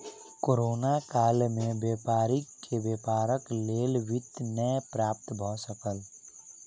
corona काल में व्यापारी के व्यापारक लेल वित्त नै प्राप्त भ सकल